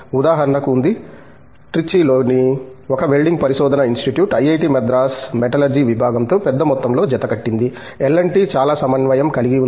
ఉదాహరణకు ఉంది ట్రిచీలోని ఒక వెల్డింగ్ పరిశోధన ఇన్స్టిట్యూట్ ఐఐటి మద్రాస్ మెటలర్జీ విభాగంతో పెద్ద మొత్తంలో జతకట్టింది ఎల్ అండ్ టిLT చాలా సమన్వయం కలిగి ఉంది